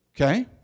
Okay